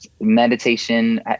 meditation